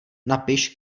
napiš